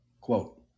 quote